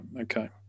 okay